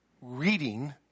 reading